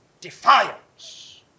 defiance